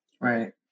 right